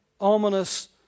ominous